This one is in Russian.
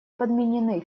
подменены